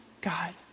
God